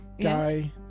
guy